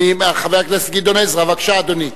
חבר הכנסת גדעון עזרא, בבקשה, אדוני.